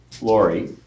Lori